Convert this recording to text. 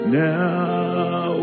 now